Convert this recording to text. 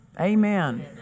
Amen